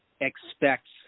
expects